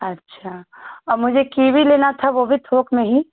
अच्छा मुझे कीवी लेना था वह भी थोक में ही